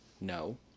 No